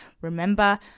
remember